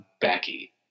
Becky